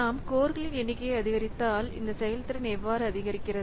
நாம் கோர்களின் எண்ணிக்கையை அதிகரித்தால் இந்த செயல்திறன் எவ்வாறு அதிகரிக்கிறது